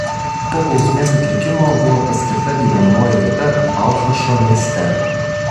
po bausmės atlikimo buvo paskirta gyvenamoji vieta balchašo mieste